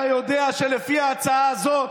אתה יודע שלפי ההצעה הזאת,